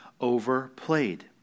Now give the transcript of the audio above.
overplayed